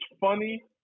funny